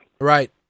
Right